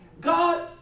God